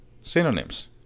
synonyms